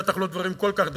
בטח לא דברים כל כך דרמטיים,